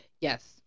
Yes